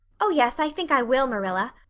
oh, yes, i think i will, marilla,